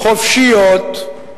חופשיות,